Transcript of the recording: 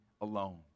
alone